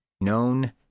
known